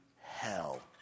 hell